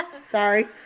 sorry